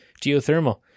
Geothermal